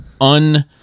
un